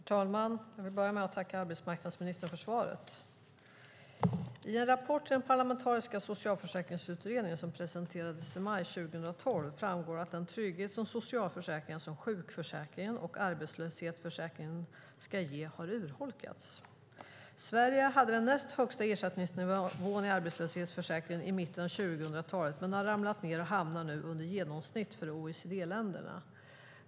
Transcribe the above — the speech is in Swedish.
Herr talman! Jag vill börja med att tacka arbetsmarknadsministern för svaret. I en rapport till den parlamentariska Socialförsäkringsutredningen som presenterades i maj 2012 framgår att den trygghet som socialförsäkringar som sjukförsäkringen och arbetslöshetsförsäkringen ska ge har urholkats. Sverige hade den näst högsta ersättningsnivån i arbetslöshetsförsäkringen i mitten av 2000-talet men har ramlat ned och hamnar nu under genomsnittet för OECD-länderna.